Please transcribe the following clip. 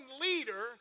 leader